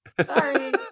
Sorry